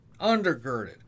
undergirded